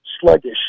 sluggish